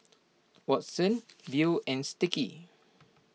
Watsons Viu and Sticky